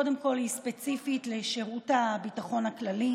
קודם כול, היא ספציפית לשירות הביטחון הכללי.